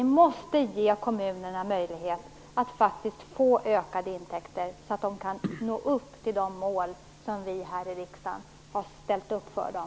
Vi måste ge kommunerna möjlighet att faktiskt få ökade intäkter så att de kan nå upp till de mål som vi här i riksdagen har ställt upp för dem.